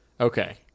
Okay